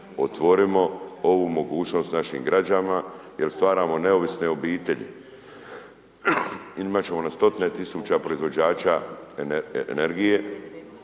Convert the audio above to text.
otvorimo ovu mogućnost našim građanima, jer stvaramo neovisne obitelji. Imati ćemo na stotine tisuća proizvođača energije,